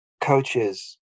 coaches